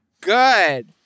good